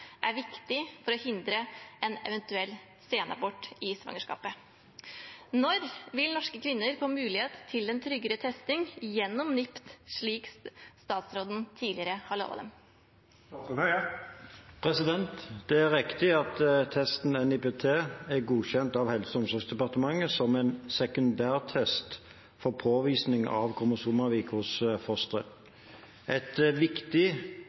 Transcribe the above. er viktig for å hindre en eventuell abort sent i svangerskapet. Når vil norske kvinner få mulighet til en tryggere testing gjennom NIPT slik statsråden lovet dem i 2017?» Det er riktig at testen NIPT er godkjent av Helse- og omsorgsdepartementet som en sekundærtest for påvisning av kromosomavvik hos foster. Et viktig